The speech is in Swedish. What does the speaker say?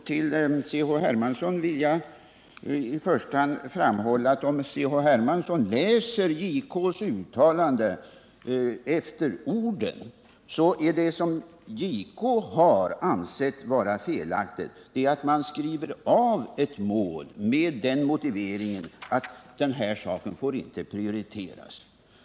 Herr talman! Jag vill först för C.-H. Hermansson framhålla att han, om han läser JK:s uttalande efter bokstaven, skall finna att det som JK har ansett vara felaktigt är att ett mål avskrivs med motiveringen att detta ärende inte får prioriteras.